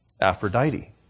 Aphrodite